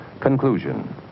Conclusion